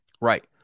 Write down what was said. right